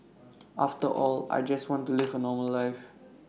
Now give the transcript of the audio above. after all I just want to live A normal life